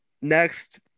next